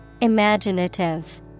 Imaginative